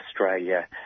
Australia